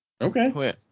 Okay